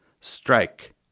Strike